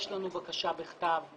יש לנו בקשה בכתב.